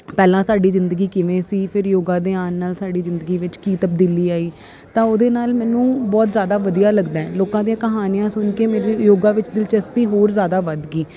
ਪਹਿਲਾਂ ਸਾਡੀ ਜ਼ਿੰਦਗੀ ਕਿਵੇਂ ਸੀ ਫਿਰ ਯੋਗਾ ਦੇ ਆਉਣ ਨਾਲ ਸਾਡੀ ਜ਼ਿੰਦਗੀ ਵਿੱਚ ਕੀ ਤਬਦੀਲੀ ਆਈ ਤਾਂ ਉਹਦੇ ਨਾਲ ਮੈਨੂੰ ਬਹੁਤ ਜ਼ਿਆਦਾ ਵਧੀਆ ਲੱਗਦਾ ਲੋਕਾਂ ਦੀਆਂ ਕਹਾਣੀਆਂ ਸੁਣ ਕੇ ਮੇਰੀ ਯੋਗਾ ਵਿੱਚ ਦਿਲਚਸਪੀ ਹੋਰ ਜ਼ਿਆਦਾ ਵੱਧ ਗਈ